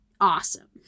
awesome